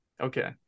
okay